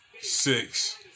six